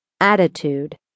Attitude